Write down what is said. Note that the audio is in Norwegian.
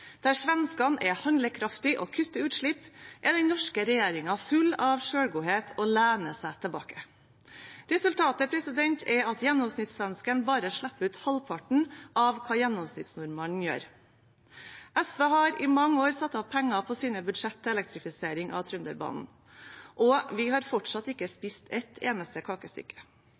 Der svenskene er handlekraftige og kutter utslipp, er den norske regjeringen full av selvgodhet og lener seg tilbake. Resultatet er at gjennomsnittssvensken bare slipper ut halvparten av hva gjennomsnittsnordmannen gjør. SV har i mange år satt av penger på sine budsjett til elektrifisering av Trønderbanen, og vi har fortsatt ikke spist ett eneste